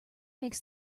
makes